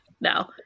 no